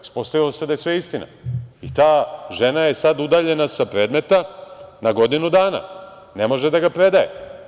Ispostavilo se da je sve istina i ta žena je sada udaljena sa predmeta na godinu dana, ne može da ga predaje.